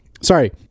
Sorry